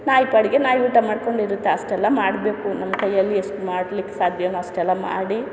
ನಾಯಿ ಪಾಡಿಗೆ ನಾಯಿ ಊಟ ಮಾಡಿಕೊಂಡು ಇರುತ್ತೆ ಅಷ್ಟೆಲ್ಲ ಮಾಡಬೇಕು ನಮ್ಮ ಕೈಯ್ಯಲ್ಲಿ ಎಷ್ಟು ಮಾಡ್ಲಿಕ್ಕೆ ಸಾಧ್ಯವೋ ಅಷ್ಟೆಲ್ಲ ಮಾಡಿ